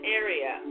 area